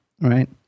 right